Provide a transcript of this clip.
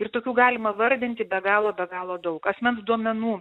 ir tokių galima vardinti be galo be galo daug asmens duomenų